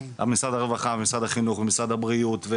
משרד הרווחה ומשרד החינוך ומשרד הבריאות.